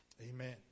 Amen